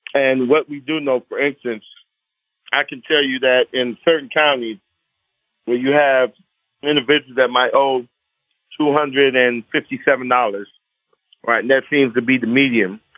and what we do know for instance i can tell you that in certain counties where you have individuals that my own two hundred and fifty seven dollars right now seems to be the medium.